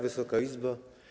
Wysoka Izbo!